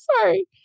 Sorry